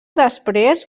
després